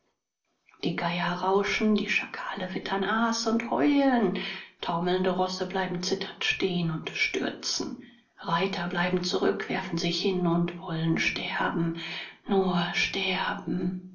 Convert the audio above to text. die geier rauschen die schakale wittern aas und heulen taumelnde rosse bleiben zitternd stehen und stürzen reiter bleiben zurück werfen sich hin und wollen sterben nur sterben